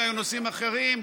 והיו נושאים אחרים,